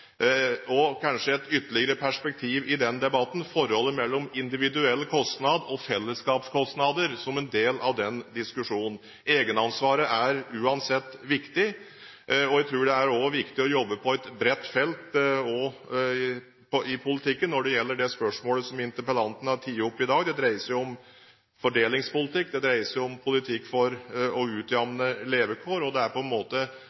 og kanskje et ytterligere perspektiv i den debatten, forholdet mellom individuell kostnad og felleskostnader som en del av den diskusjonen, vil jeg si at egenansvaret uansett er viktig. Jeg tror det også er viktig å jobbe på et bredt felt i politikken når det gjelder det spørsmålet som interpellanten har tatt opp i dag. Det dreier seg om fordelingspolitikk, det dreier seg om politikk for å utjamne levekår, og det er på en måte